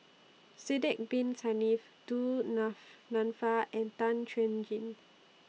Sidek Bin Saniff Du Nanfa and Tan Chuan Jin